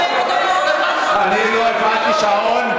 לא הפעלתי שעון.